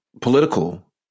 political